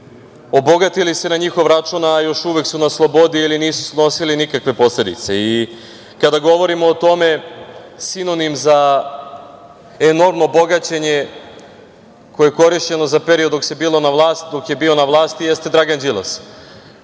obogatili se na njihov račun, a još uvek su na slobodi ili nisu snosili nikakve posledice. Kada govorim o tome, sinonim za enormno bogaćenje koje je korišćeno za period dok je bio na vlasti, jeste Dragan Đilas. Da